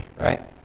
right